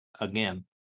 again